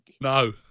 No